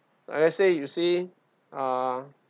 like let's say you see uh